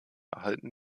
erhalten